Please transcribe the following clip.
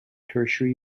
tertiary